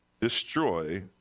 destroy